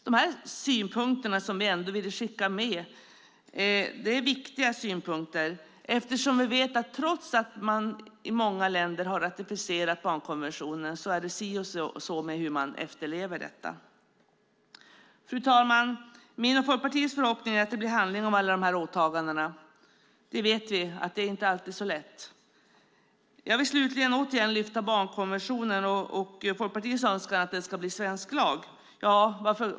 Det här är viktiga synpunkter att skicka med eftersom vi vet att trots att många länder har ratificerat barnkonventionen är det si och så med hur man efterlever den. Fru talman! Min och Folkpartiets förhoppning är att det blir handling av alla de här åtagandena. Vi vet att det inte alltid är så lätt. Slutligen vill jag återigen lyfta fram barnkonventionen och Folkpartiets önskan att den ska bli svensk lag.